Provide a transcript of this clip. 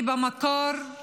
במקור היא